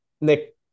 Nick